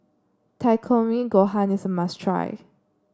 Takikomi Gohan is a must try